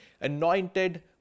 anointed